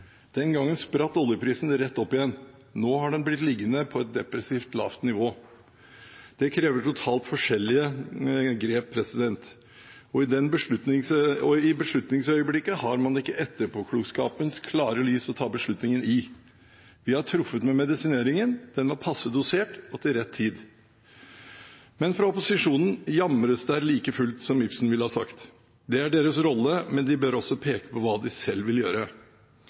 Den gangen spratt oljeprisen rett opp igjen. Nå har den blitt liggende på et depressivt lavt nivå. Det krever totalt forskjellige grep, og i beslutningsøyeblikket har man ikke etterpåklokskapens klare lys å ta beslutningen i. Vi har truffet med medisineringen; den var passe dosert og til rett tid. Men fra opposisjonen jamres der like fullt, som Ibsen ville ha sagt. Det er deres rolle, men de bør også peke på hva de selv vil gjøre.